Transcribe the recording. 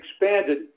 expanded